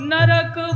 Narak